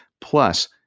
plus